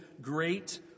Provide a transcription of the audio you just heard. great